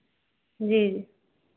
जी